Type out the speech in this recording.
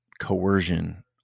coercion